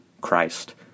Christ